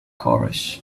chorus